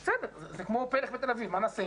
זה כמו "פלך" בתל אביב, מה נעשה עם זה?